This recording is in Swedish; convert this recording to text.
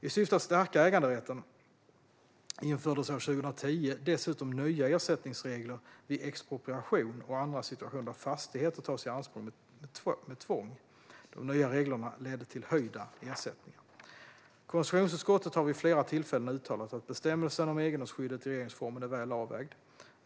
I syfte att stärka äganderätten infördes år 2010 dessutom nya ersättningsregler vid expropriation och andra situationer där fastigheter tas i anspråk med tvång. De nya reglerna ledde till höjda ersättningar. Konstitutionsutskottet har vid flera tillfällen uttalat att bestämmelsen om egendomsskyddet i regeringsformen är väl avvägd.